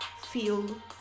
feel